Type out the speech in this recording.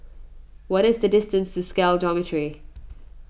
what is the distance to Scal Dormitory